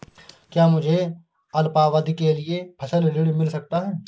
क्या मुझे अल्पावधि के लिए फसल ऋण मिल सकता है?